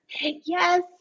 Yes